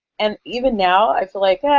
and even now, i feel like, yeah